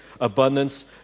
abundance